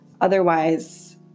Otherwise